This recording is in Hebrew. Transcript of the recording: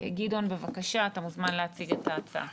גדעון, בבקשה, אתה מוזמן להציג את ההצעה.